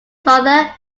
father